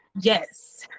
yes